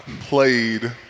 played